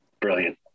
Brilliant